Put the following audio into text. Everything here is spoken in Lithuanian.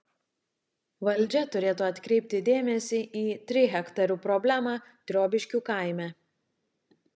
valdžia turėtų atkreipti dėmesį į trihektarių problemą triobiškių kaime